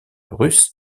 russe